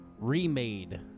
Remade